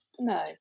No